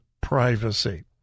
privacy